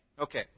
Okay